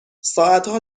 ساعتها